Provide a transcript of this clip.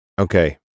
Okay